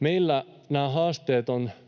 Meillä nämä haasteet on